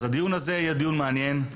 הדיון יהיה מעניין,